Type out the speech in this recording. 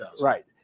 Right